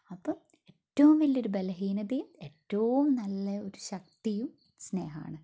അപ്പോൾ ഏറ്റവും വലിയൊരു ബലഹീനതയും ഏറ്റവും നല്ല ഒരു ശക്തിയും സ്നേഹമാണ്